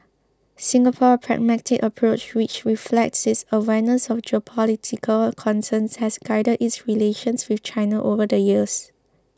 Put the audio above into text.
Singapore's pragmatic approach which reflects its awareness of geopolitical concerns has guided its relations with China over the years